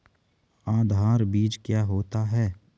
आधार बीज क्या होता है?